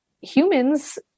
humans